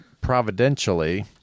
providentially